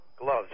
Gloves